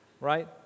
right